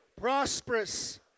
prosperous